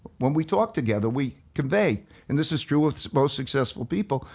when we talk together, we convey and this is true of most successful people,